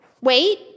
Wait